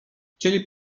chcieli